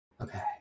Okay